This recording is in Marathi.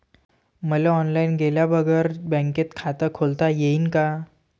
मले ऑनलाईन गेल्या बगर बँकेत खात खोलता येईन का?